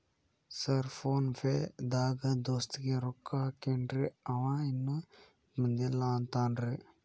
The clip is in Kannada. ಸರ್ ಫೋನ್ ಪೇ ದಾಗ ದೋಸ್ತ್ ಗೆ ರೊಕ್ಕಾ ಹಾಕೇನ್ರಿ ಅಂವ ಇನ್ನು ಬಂದಿಲ್ಲಾ ಅಂತಾನ್ರೇ?